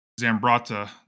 Zambrata